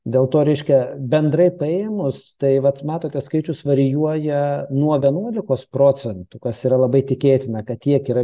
dėl to reiškia bendrai paėmus tai vat matote skaičius varijuoja nuo vienuolikos procentų kas yra labai tikėtina kad tiek yra